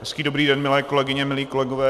Hezký dobrý den, milé kolegyně, milí kolegové.